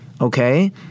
okay